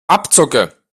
abzocke